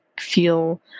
feel